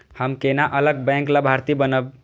हम केना अलग बैंक लाभार्थी बनब?